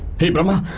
hey, brahma!